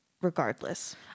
regardless